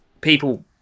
people